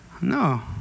No